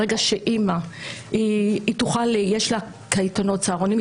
ברגע שיש לאמא קייטנות וצהרונים לילדים שלה,